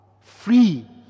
free